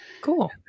Cool